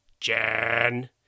Jan